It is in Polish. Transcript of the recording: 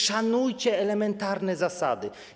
Szanujcie elementarne zasady.